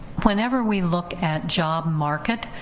whenever we look at job market,